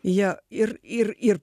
jie ir ir ir